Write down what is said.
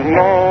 no